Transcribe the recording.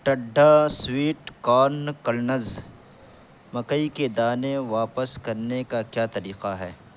ٹڈا sweet corn کلنز مکئی کے دانے واپس کرنے کا کیا طریقہ ہے